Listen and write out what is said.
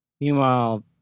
Meanwhile